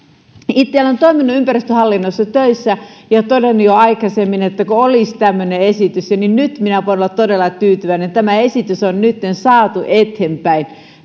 olen toiminut ympäristöhallinnossa töissä ja todennut jo aikaisemmin että kunpa olisi tämmöinen esitys nyt minä voin olla todella tyytyväinen tämä esitys on nytten saatu eteenpäin